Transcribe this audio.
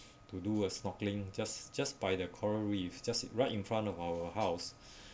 to do a snorkeling just just by the coral reefs just right in front of our house